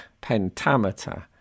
pentameter